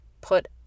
put